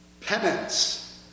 penance